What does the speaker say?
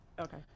okay